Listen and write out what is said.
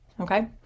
okay